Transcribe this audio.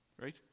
right